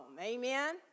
Amen